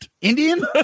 Indian